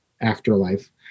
afterlife